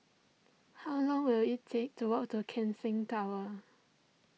how long will it take to walk to Keck Seng Tower